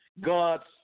God's